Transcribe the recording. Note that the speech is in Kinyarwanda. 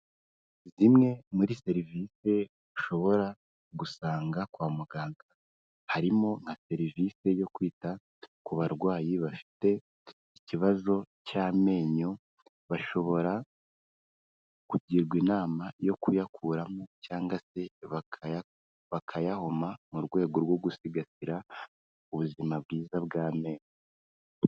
Zimwe muri serivisi ushobora gusanga kwa muganga harimo nka serivisi yo kwita ku barwayi bafite ikibazo cy'amenyo, bashobora kugirwa inama yo kuyakuramo cyangwa se bakayahoma mu rwego rwo gusigasira ubuzima bwiza bw'amenyo.